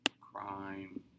crime